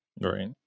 Right